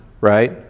right